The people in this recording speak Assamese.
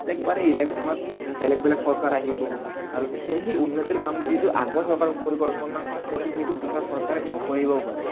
প্ৰত্যেকবাৰে ইলেকচনত বেলেগ বেলেগ চৰকাৰ আহিব আৰু তেতিয়া সেই উন্নতিৰ কাম যিটো আগৰ চৰকাৰে কল্পনা কৰিছিল সেইটো পিছৰ চৰকাৰে নকৰিবও পাৰে